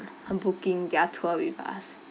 booking their tour with us